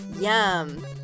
Yum